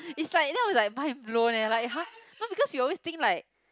is like that was like mind blown eh like !huh! no because you always think like